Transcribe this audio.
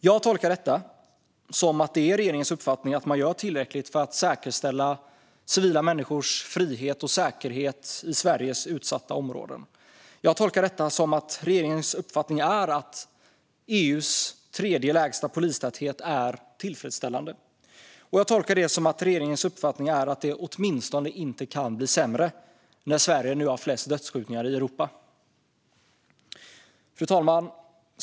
Jag tolkar detta som att det är regeringens uppfattning att man gör tillräckligt för att säkerställa civila människors frihet och säkerhet i Sveriges utsatta områden. Jag tolkar det som att regeringens uppfattning är att EU:s tredje lägsta polistäthet är tillfredsställande. Och jag tolkar det som att regeringens uppfattning är att det åtminstone inte kan bli sämre när Sverige nu har flest dödsskjutningar i Europa. Fru talman!